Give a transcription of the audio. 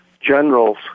generals